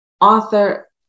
author